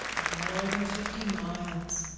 more than fifty miles.